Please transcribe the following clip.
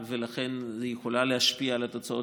ביקשה ממני להשיב על ההצעות